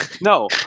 No